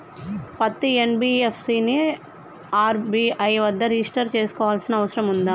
పత్తి ఎన్.బి.ఎఫ్.సి ని ఆర్.బి.ఐ వద్ద రిజిష్టర్ చేసుకోవాల్సిన అవసరం ఉందా?